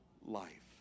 life